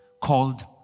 called